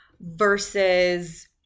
versus